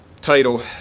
title